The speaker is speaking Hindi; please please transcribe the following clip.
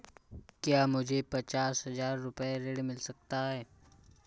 क्या मुझे पचास हजार रूपए ऋण मिल सकता है?